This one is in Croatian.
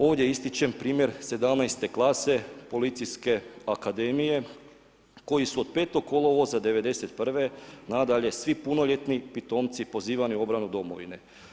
Ovdje ističem primjer 17. klase Policijske akademije koji su od 5. kolovoza '91. na dalje svi punoljetni pitomci pozvani u obranu domovine.